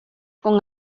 con